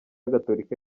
gatolika